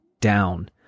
down